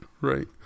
right